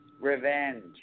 revenge